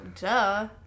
duh